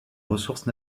ressources